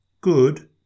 Good